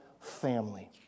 family